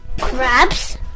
Crabs